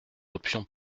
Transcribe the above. options